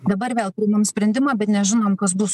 dabar vėl priimam sprendimą bet nežinom kas bus